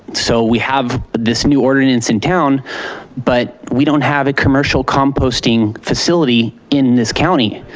so we have this new ordinance in town but we don't have a commercial composting facility in this county.